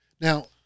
Now